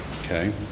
okay